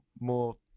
more